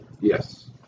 Yes